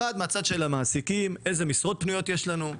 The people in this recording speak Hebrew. מעגל אחד מהצד של המעסיקים: איזה משרות פנויות יש לנו,